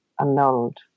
annulled